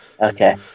Okay